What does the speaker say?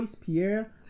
Pierre